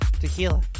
Tequila